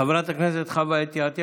חברת הכנסת חוה אתי עטייה,